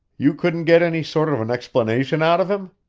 you couldn't get any sort of an explanation out of him?